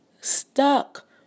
stuck